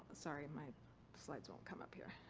sorry, my slides won't come up here.